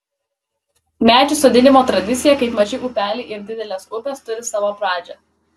medžių sodinimo tradicija kaip maži upeliai ir didelės upės turi savo pradžią